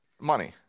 money